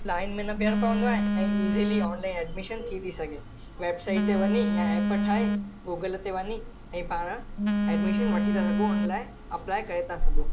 line में न बीहणो पवंदो आहे ऐं इज़िली ऑनलाइन एडमिशन थी थी सघे वेबसाइट ते वञी या ऐप ठाहे गूगल ते वञी ऐं पाण एडमिशन वठी था सघूं ऑनलाइन अप्लाई करे था सघूं